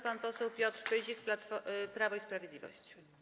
Pan poseł Piotr Pyzik, Prawo i Sprawiedliwość.